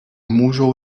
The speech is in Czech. můžou